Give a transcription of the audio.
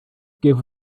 give